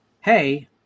hey